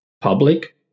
public